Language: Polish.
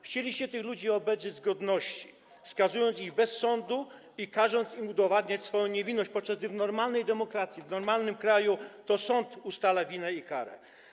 Chcieliście tych ludzi obedrzeć z godności, skazując ich bez sądu i każąc im udowadniać swoją niewinność, podczas gdy w normalnej demokracji, w normalnym kraju to sąd ustala winę i karę.